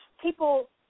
People